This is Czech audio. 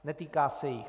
Netýká se jich.